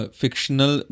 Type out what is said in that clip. fictional